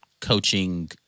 coaching